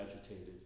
agitated